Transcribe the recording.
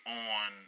on